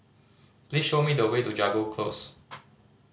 please show me the way to Jago Close